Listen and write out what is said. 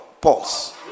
pulse